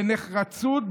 בנחרצות,